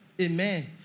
amen